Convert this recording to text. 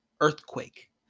earthquake